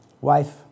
Wife